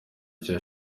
cya